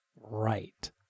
right